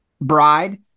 bride